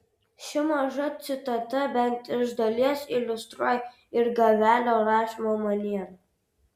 ši maža citata bent iš dalies iliustruoja ir gavelio rašymo manierą